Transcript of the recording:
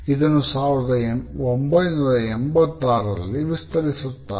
ಇದನ್ನು 1986 ರಲ್ಲಿ ವಿಸ್ತರಿಸುತ್ತಾರೆ